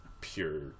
pure